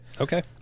Okay